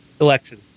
election